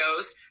videos